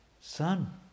son